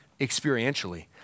experientially